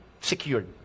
secured